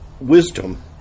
wisdom